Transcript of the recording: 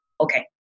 okay